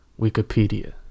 Wikipedia